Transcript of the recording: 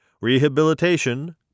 Rehabilitation